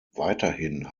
weiterhin